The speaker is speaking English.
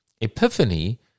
epiphany